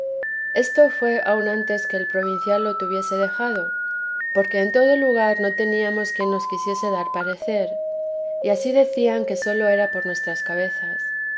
esto fué aun antes que el provincial lo tuviese dejado porque en todo el lugar no teníamos quien nos quisiese dar parecer y ansí decían que sólo era por nuestras cabezas